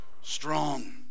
Strong